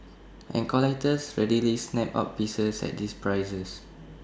and collectors readily snap up pieces at these prices